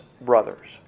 brothers